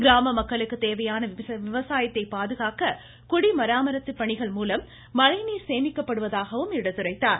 கிராம மக்களுக்கு தேவையான விவசாயத்தை பாதுகாக்க குடி மராமத்து பணிகள் மூலம் மழைநீர் சேமிக்கப்படுவதாகவும் எடுத்துரைத்தார்